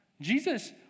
Jesus